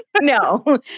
No